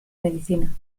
medicina